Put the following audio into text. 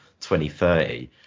2030